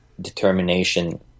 determination